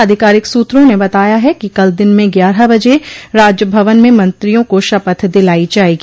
आधिकारिक सूत्रों ने बताया है कि कल दिन में ग्यारह बजे राजभवन में मंत्रियों को शपथ दिलाई जायेगी